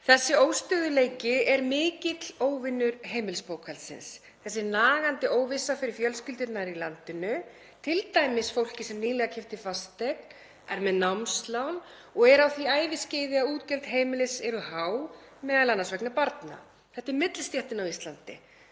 Þessi óstöðugleiki er mikill óvinur heimilisbókhaldsins. Þessi nagandi óvissa fyrir fjölskyldurnar í landinu, t.d. fólkið sem nýlega keypti fasteign, er með námslán og er á því æviskeiði að útgjöld heimilis eru há, m.a. vegna barna. Þetta er millistéttin á Íslandi,